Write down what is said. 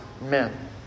men